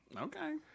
Okay